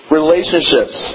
relationships